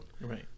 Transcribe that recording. Right